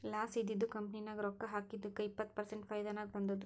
loss ಇದ್ದಿದು company ನಾಗ್ ರೊಕ್ಕಾ ಹಾಕಿದ್ದುಕ್ ಇಪ್ಪತ್ ಪರ್ಸೆಂಟ್ ಫೈದಾ ನಾಗ್ ಬಂದುದ್